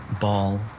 ball